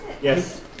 Yes